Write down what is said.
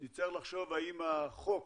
נצטרך לחשוב האם החוק,